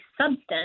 substance